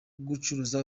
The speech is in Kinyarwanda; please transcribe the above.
gucuruza